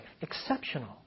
exceptional